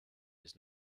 bis